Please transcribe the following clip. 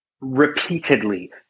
Repeatedly